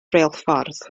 rheilffordd